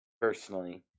personally